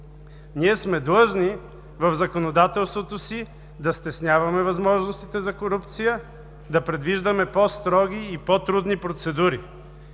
ние сме длъжни в законодателството си да стесняваме възможностите за корупция, да предвиждаме по-строги и по-трудни процедури.